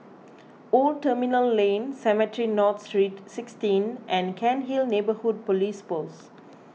Old Terminal Lane Cemetry North Street sixteen and Cairnhill Neighbourhood Police Post